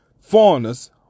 foreigners